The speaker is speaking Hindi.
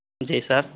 जी सर